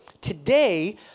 today